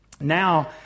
now